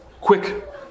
quick